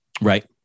Right